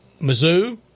Mizzou